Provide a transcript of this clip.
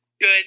good